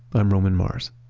but i'm roman mars